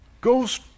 goes